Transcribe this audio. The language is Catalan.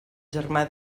germà